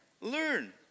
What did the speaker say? learn